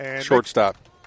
Shortstop